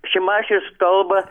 šimašius kalba